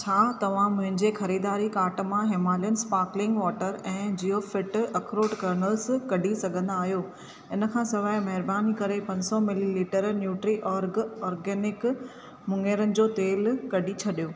छा तव्हां मुंहिंजे ख़रीदारी कार्ट मां हिमालयन स्पार्कलिंग वॉटर ऐं जिओफिट अखरोटु कर्नल्स कढी सघंदा आहियो इन खां सवाइ महिरबानी करे पंज सौ मिलीलीटर न्यूट्री ऑर्ग आर्गेनिक मुंङेरनि जो तेलु कढी छॾियो